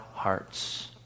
hearts